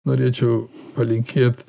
norėčiau palinkėt